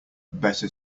better